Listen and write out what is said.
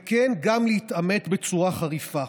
וכן, גם להתעמת בצורה חריפה.